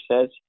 says